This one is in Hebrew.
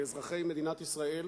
לאזרחי מדינת ישראל,